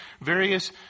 various